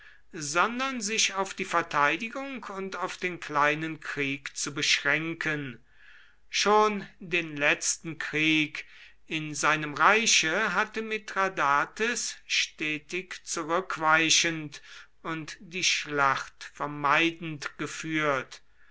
sondern sich auf die verteidigung und auf den kleinen krieg zu beschränken schon den letzten krieg in seinem reiche hatte mithradates stetig zurückweichend und die schlacht vermeidend geführt